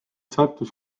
sattus